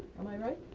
am i right?